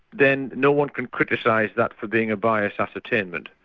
then no one can criticise that for being a biased ascertainment.